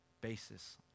basis